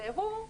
והוא,